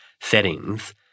settings